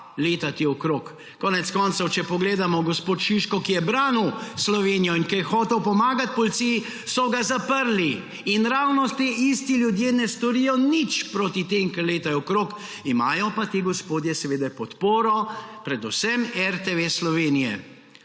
letati okoli. Konec koncev, če pogledamo, gospoda Šiška, ki je branil Slovenijo in ki je hotel pomagati policiji, so zaprli. In ravno ti isti ljudje ne storijo nič proti tem, ki letajo okoli, imajo pa ti gospodje seveda podporo, predvsem RTV Slovenija.